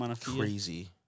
crazy